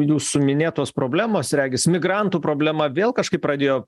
jūsų minėtos problemos regis migrantų problema vėl kažkaip pradėjo